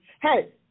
Hey